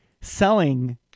selling